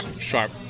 sharp